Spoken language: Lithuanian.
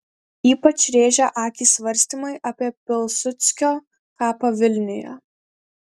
ypač rėžia akį svarstymai apie pilsudskio kapą vilniuje